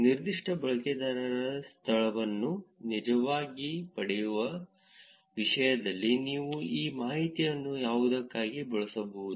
ನಿರ್ದಿಷ್ಟ ಬಳಕೆದಾರರ ಸ್ಥಳವನ್ನು ನಿಜವಾಗಿ ಪಡೆಯುವ ವಿಷಯದಲ್ಲಿ ನೀವು ಈ ಮಾಹಿತಿಯನ್ನು ಯಾವುದಕ್ಕಾಗಿ ಬಳಸಬಹುದು